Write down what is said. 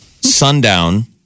Sundown